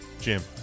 Jim